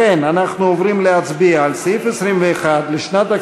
ההסתייגויות של הפחתת התקציב לסעיף 21: